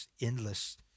endless